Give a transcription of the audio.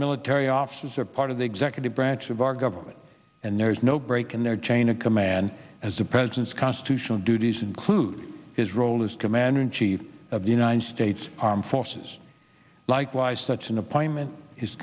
military officers are part of the executive branch of our government and there is no break in their chain of command as the president's constitutional duties include his role as commander in chief of united states armed forces likewise such an appointment is